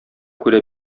күрә